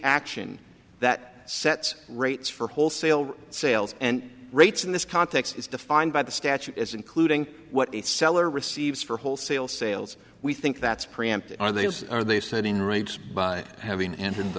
action that sets rates for wholesale sales and rates in this context is defined by the statute as including what it seller receives for wholesale sales we think that's preempted are they are they setting rates by having an